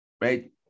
right